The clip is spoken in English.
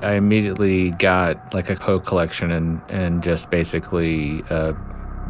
i immediately got like a coke collection in and just basically